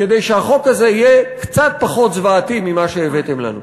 כדי שהחוק הזה יהיה קצת פחות זוועתי ממה שהבאתם לנו.